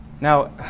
Now